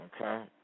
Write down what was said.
Okay